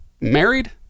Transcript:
married